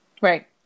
Right